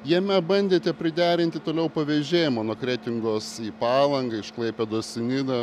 jame bandėte priderinti toliau pavėžėjimą nuo kretingos į palangą iš klaipėdos į nidą